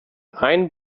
ein